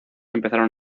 empezaron